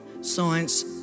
science